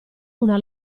una